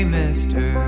mister